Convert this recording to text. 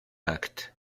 acte